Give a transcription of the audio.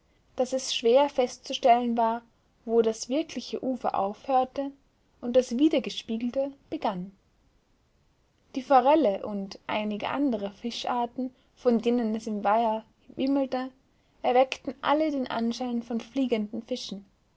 daß es schwer festzustellen war wo das wirkliche ufer aufhörte und das widergespiegelte begann die forelle und einige andre fischarten von denen es im weiher wimmelte erweckten alle den anschein von fliegenden fischen